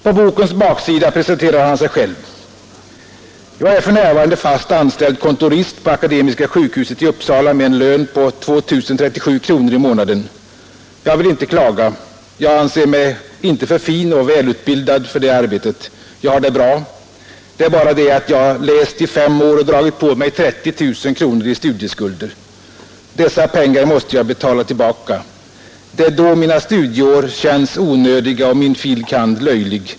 På bokens baksida presenterar han sig själv: ”Jag är för närvarande fast anställd kontorist på Akademiska sjukhuset i Uppsala med en lön på 2 037 kronor i månaden. Jag vill inte klaga. Jag anser mig inte för fin och ”välutbildad” för det arbetet. Jag har det bra. Det är bara det att jag läst i S år och dragit på mig 30 000 i studieskulder. Dessa pengar måste jag betala tillbaka. Det är då mina studieår känns onödiga och min fil. kand. löjlig.